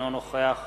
אינו נוכח